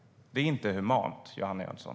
Det är inte humant, Johanna Jönsson.